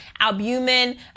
albumin